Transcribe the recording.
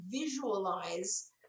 visualize